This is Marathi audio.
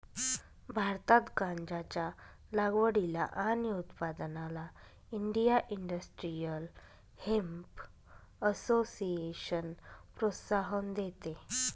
भारतात गांज्याच्या लागवडीला आणि उत्पादनाला इंडिया इंडस्ट्रियल हेम्प असोसिएशन प्रोत्साहन देते